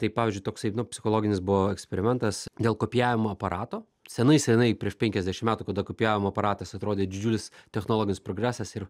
tai pavyzdžiui toksai psichologinis buvo eksperimentas dėl kopijavimo aparato senai senai prieš penkiasdešim metų kada kopijavimo aparatas atrodė didžiulis technologinis progresas ir